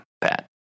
Pat